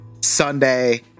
Sunday